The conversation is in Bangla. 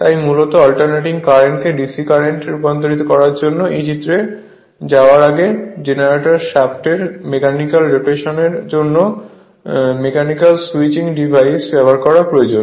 তাই মূলত অল্টারনেটিং কারেন্টকে DC কারেন্টে রূপান্তর করার জন্য এই চিত্রে যাওয়ার আগে জেনারেটর শ্যাফ্টের মেকানিক্যাল রোটেশন এর জন্য মেকানিক্যাল সুইচিং ডিভাইস ব্যবহার করা প্রয়োজন